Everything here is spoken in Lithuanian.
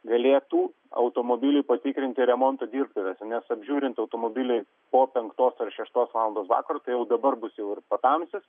galėtų automobilį patikrinti remonto dirbtuvėse nes apžiūrint automobilį po penktos ar šeštos valandos vakaro jau dabar bus jau ir patamsis